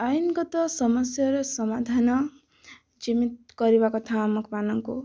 ଆଇନଗତ ସମସ୍ୟାର ସମାଧାନ ଯେମିତି କରିବା କଥା ଆମମାନଙ୍କୁ